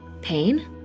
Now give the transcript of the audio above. Pain